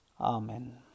Amen